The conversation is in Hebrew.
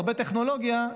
הרבה טכנולוגיה,